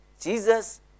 Jesus